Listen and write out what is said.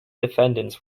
defendants